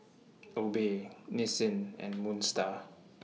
Obey Nissin and Moon STAR